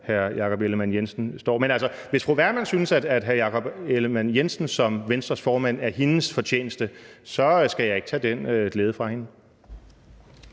hr. Jakob Ellemann-Jensen står. Men hvis fru Pernille Vermund synes, at hr. Jakob Ellemann-Jensen som Venstres formand er hendes fortjeneste, skal jeg ikke tage den glæde fra hende.